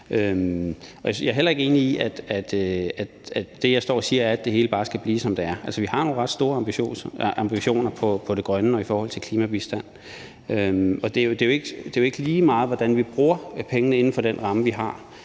og siger, er, at det hele bare skal blive, som det er. Altså, vi har nogle ret store ambitioner i forhold til det grønne og klimabistand. Og det er jo ikke lige meget, hvordan vi bruger pengene inden for den ramme, vi har,